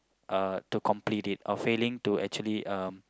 uh to complete it or failing to actually um